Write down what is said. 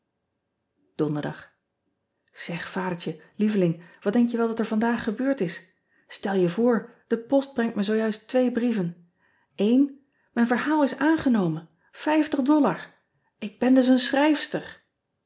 onderdag eg adertje lieveling wat denk je wel dat er vandaag gebeurd is tel je voor de post brengt me zoo juist twee brieven ijn verhaal is aangenomen k ben dus een chrijfster